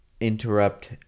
interrupt